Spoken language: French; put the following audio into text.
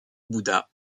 bouddha